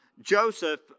Joseph